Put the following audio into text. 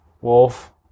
wolf